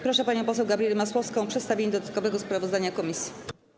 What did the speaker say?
Proszę panią poseł Gabrielę Masłowską o przedstawienie dodatkowego sprawozdania komisji.